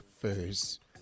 first